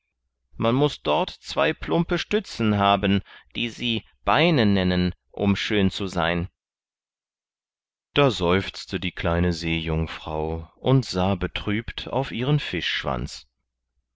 man muß dort zwei plumpe stützen haben die sie beine nennen um schön zu sein da seufzte die kleine seejungfrau und sah betrübt auf ihren